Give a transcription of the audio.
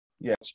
yes